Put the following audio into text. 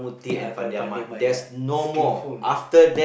uh correct Fandi-Ahmad ya skillful ya